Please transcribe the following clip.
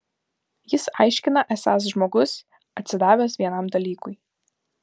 jis aiškina esąs žmogus atsidavęs vienam dalykui